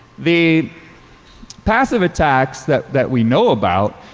the passive attacks that that we know about,